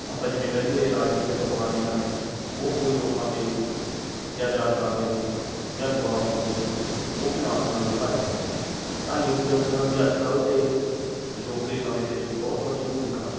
ਆਪਾਂ ਜਿਵੇਂ ਕਹਿ ਦੇਈਏ ਰਾਜਨੀਤਿਕ ਪਾਰਟੀਆਂ ਨੇ ਉਹ ਕੋਈ ਲੋਕਾਂ 'ਤੇ ਅੱਤਿਆਚਾਰ ਕਰਦੇ ਨੇ ਜਾਂ ਦਬਾਅ ਪਾਉਂਦੇ ਨੇ ਉਹ ਵੀ ਨਾਲ ਦੀ ਨਾਲ ਦਿਖਾਏ ਜਾਂਦੇ ਨੇ ਤਾਂ ਨਿਊਜ਼ ਚੈਨਲਾਂ ਦੀ ਅੱਜ ਕੱਲ੍ਹ ਦੇ ਅਜੋਕੇ ਸਮੇਂ ਦੇ ਵਿੱਚ ਬਹੁਤ ਵੱਡੀ ਭੂਮਿਕਾ